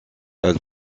elle